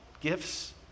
gifts